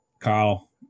kyle